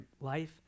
life